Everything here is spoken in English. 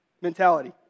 Mentality